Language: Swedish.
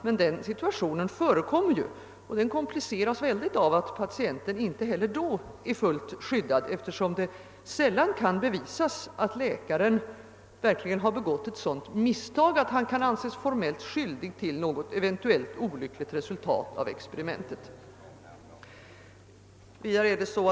Men den situationen förekommer, och den kompliceras mycket av att patienten inte heller då är fullt skyddad, eftersom det sällan kan bevisas att läkaren verkligen har begått ett sådant misstag att han kan anses formellt skyldig till ett eventuellt olyckligt resultat av experimentet.